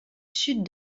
sud